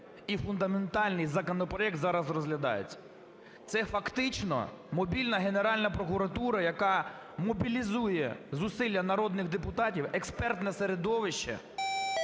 і фундаментальний законопроект зараз розглядається. Це фактично мобільна Генеральна прокуратура, яка мобілізує зусилля народних депутатів, експертне середовище,